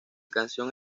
canción